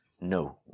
No